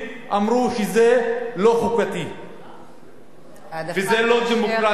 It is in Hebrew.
אמרו שזה לא חוקתי וזה לא דמוקרטי.